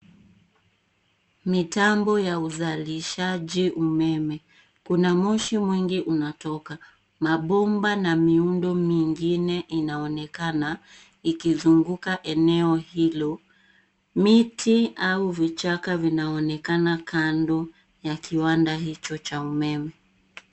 Mitambo ya uzalishaji umeme. Kuna moshi mwingi unatoka. Mabomba na miundo mingine inaonekana ikizunguka eneo hilo. Miti au vichaka vinaonekana kando ya kiwanda hicho cha umeme.